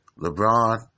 LeBron